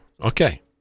okay